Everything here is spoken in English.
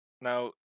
Now